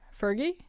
Fergie